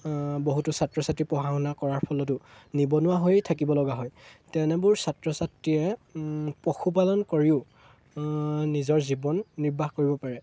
বহুতো ছাত্ৰ ছাত্ৰী পঢ়া শুনা কৰাৰ ফলতো নিবনুৱা হৈয়ে থাকিব লগা হয় তেনেবোৰ ছাত্ৰ ছাত্ৰীয়ে পশুপালন কৰিও নিজৰ জীৱন নিৰ্বাহ কৰিব পাৰে